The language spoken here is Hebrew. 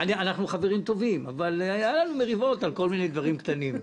אנחנו חברים טובים אבל היו לנו מריבות על כל מיני דברים קטנים.